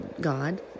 God